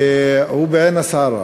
והוא בעין הסערה.